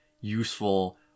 useful